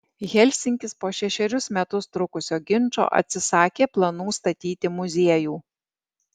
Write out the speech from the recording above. helsinkis po šešerius metus trukusio ginčo atsisakė planų statyti muziejų